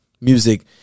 music